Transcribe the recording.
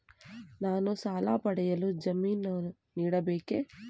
ನಾನು ಸಾಲ ಪಡೆಯಲು ಜಾಮೀನು ನೀಡಬೇಕೇ?